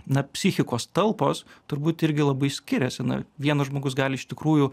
na psichikos talpos turbūt irgi labai skiriasi na vienas žmogus gali iš tikrųjų